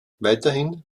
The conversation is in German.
weiterhin